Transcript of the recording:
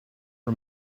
for